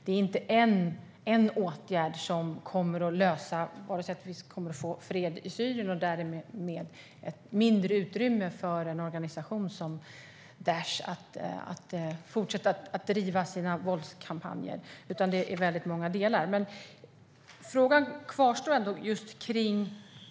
Det är inte en enda åtgärd som kommer att lösa det hela, till exempel när det gäller att få fred i Syrien och därmed ett mindre utrymme för en organisation som Daish att fortsätta att driva sina våldskampanjer. Det är väldigt många delar. Det är ändå en fråga som kvarstår.